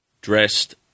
dressed